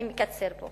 אני מקצרת.